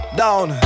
down